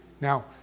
Now